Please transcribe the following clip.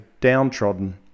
downtrodden